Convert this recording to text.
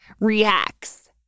reacts